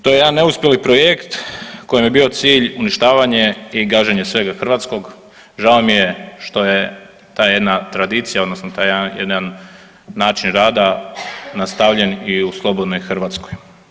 To je jedan neuspjeli projekt kojem je bio cilj uništavanje i gaženje svega hrvatskog, žao mi je što je ta jedna tradicija odnosno taj jedan način rada nastavljen i u slobodnoj Hrvatskoj.